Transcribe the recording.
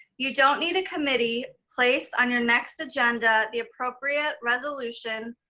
you don't need a committee placed on your next agenda, the appropriate resolution,